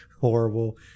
horrible